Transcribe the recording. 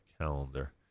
calendar